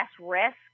risk